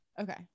Okay